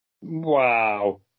Wow